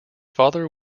father